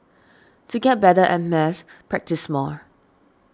to get better at maths practise more